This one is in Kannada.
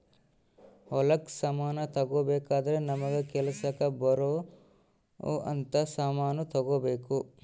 ಹೊಲಕ್ ಸಮಾನ ತಗೊಬೆಕಾದ್ರೆ ನಮಗ ಕೆಲಸಕ್ ಬರೊವ್ ಅಂತ ಸಮಾನ್ ತೆಗೊಬೆಕು